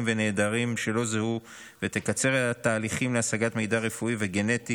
ונעדרים שלא זוהו ותקצר תהליכים להשגת מידע רפואי וגנטי